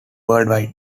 worldwide